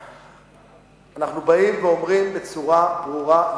אנחנו באים ואומרים בצורה ברורה ונחרצת.